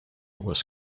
was